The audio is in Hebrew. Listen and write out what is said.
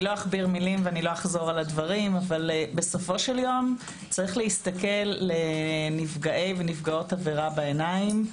לא אחזור על הדברים אבל יש להסתכל לנפגעי ונפגעות עבירה בעיניים,